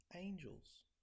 angels